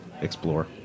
explore